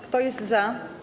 Kto jest za?